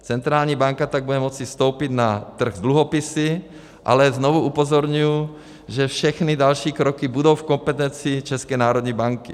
Centrální banka pak bude moci vstoupit na trh s dluhopisy, ale znovu upozorňuji, že všechny další kroky budou v kompetenci České národní banky.